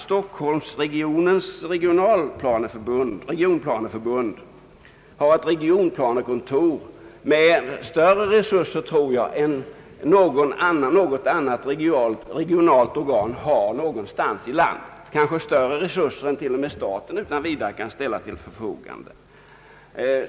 Stockholmsregionens = regionplaneförbund har ett regionplanekontor, som troligen har större resurser än något annat regionalt organ i landet, kanske större resurser än till och med staten utan vidare kan ställa till förfogande.